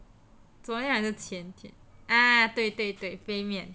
昨天还是前天啊对对对杯面